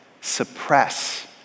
suppress